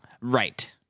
Right